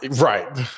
Right